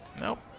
Nope